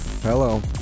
Hello